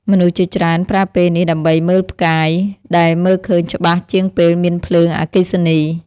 មនុស្សជាច្រើនប្រើពេលនេះដើម្បីមើលផ្កាយ ដែលមើលឃើញច្បាស់ជាងពេលមានភ្លើងអគ្គិសនី។